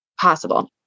possible